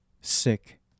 sick